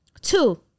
two